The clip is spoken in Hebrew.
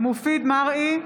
מופיד מרעי,